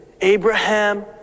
abraham